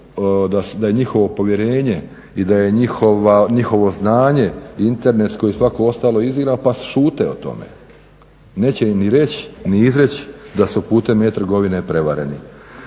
da je njihovo povjerenje i da je njihovo znanje, internetsko i svako ostalo izigrano pa šute o tome. Neće ni reći, ni izreći da su putem e-trgovine prevareni.